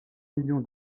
million